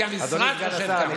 כי המשרד חושב כך,